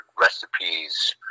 recipes